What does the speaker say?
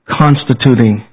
constituting